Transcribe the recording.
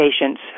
patients